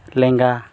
ᱞᱮᱸᱜᱟ